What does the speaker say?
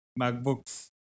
MacBooks